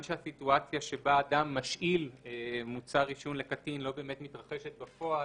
שהסיטואציה שבה אדם משאיל מוצר עישון לקטין לא באמת מתרחשת בפועל,